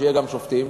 שיהיה גם לגבי שופטים?